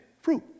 fruit